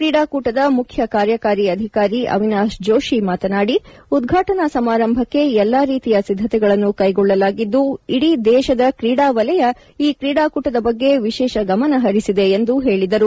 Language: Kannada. ಕ್ರೀಡಾಕೂಟದ ಮುಖ್ಯ ಕಾರ್ಯಕಾರಿ ಅಧಿಕಾರಿ ಅವಿನಾಶ್ ಜೋಷಿ ಮಾತನಾಡಿ ಉದ್ಘಾಟನಾ ಸಮಾರಂಭಕ್ಕೆ ಎಲ್ಲಾ ರೀತಿಯ ಸಿದ್ಧತೆಗಳನ್ನು ಕೈಗೊಳ್ಳಲಾಗಿದ್ದು ಇಡೀ ದೇಶದ ಕ್ರೀಡಾ ವಲಯ ಈ ಕ್ರೀಡಾಕೂಟದ ಬಗ್ಗೆ ವಿಶೇಷ ಗಮನ ಪರಿಸಿದೆ ಎಂದು ಹೇಳಿದರು